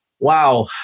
Wow